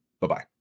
Bye-bye